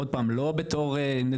עוד פעם לא בתור נדבות,